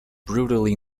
brutally